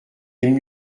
aime